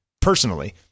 Personally